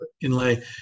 inlay